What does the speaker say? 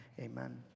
Amen